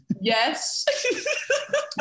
Yes